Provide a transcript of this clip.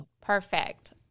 Perfect